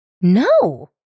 No